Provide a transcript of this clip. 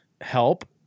help